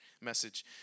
message